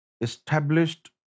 established